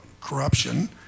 corruption